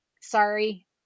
sorry